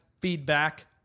feedback